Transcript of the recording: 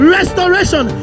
Restoration